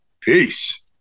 Peace